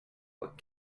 what